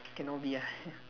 cannot be !haiya!